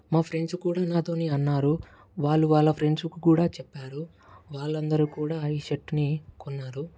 మా ఫ్రెండ్స్ కూడా నాతో అన్నారు వాళ్ళు వాళ్ళ ఫ్రెండ్స్కి కూడా చెప్పారు వాళ్ళందరూ కూడా ఈ షర్ట్ని కొన్నారు